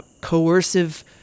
coercive